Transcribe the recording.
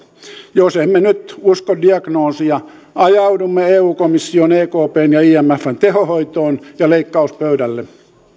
jos emme nyt usko diagnoosia ajaudumme eu komission ekpn ja imfn tehohoitoon ja leikkauspöydälle